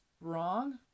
wrong